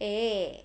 eh